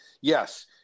Yes